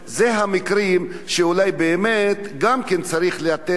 אלו המקרים שאולי באמת גם כן צריך לתת את